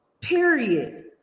Period